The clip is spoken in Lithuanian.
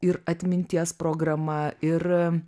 ir atminties programa ir